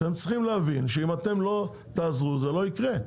אתם צריכים להבין שאם אתם לא תעזרו זה לא יקרה.